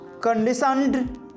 conditioned